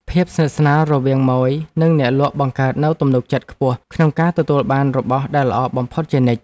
ភាពស្និទ្ធស្នាលរវាងម៉ូយនិងអ្នកលក់បង្កើតនូវទំនុកចិត្តខ្ពស់ក្នុងការទទួលបានរបស់ដែលល្អបំផុតជានិច្ច។